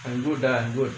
I'm good lah